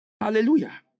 Hallelujah